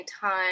time